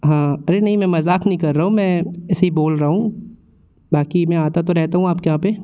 हाँ अरे नहीं मैं मज़ाक नहीं कर रहा हूँ मैं ऐसे ही बोल रहा हूँ बाकी मैं आता तो रहेता हूँ आपके यहाँ पर